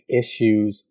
issues